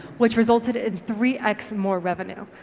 which resulted in three x more revenue.